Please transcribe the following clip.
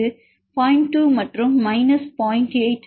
8 கழித்தல் 0